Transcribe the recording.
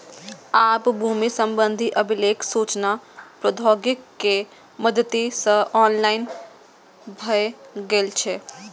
आब भूमि संबंधी अभिलेख सूचना प्रौद्योगिकी के मदति सं ऑनलाइन भए गेल छै